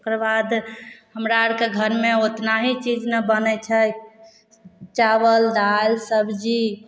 ओकर बाद हमरा आओरके घरमे ओतना ही चीज नहि बनै छै चावल दालि सब्जी